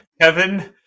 Kevin